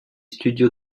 studios